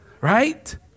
Right